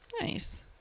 Nice